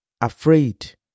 Afraid